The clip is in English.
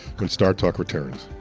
when startalk returns.